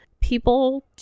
people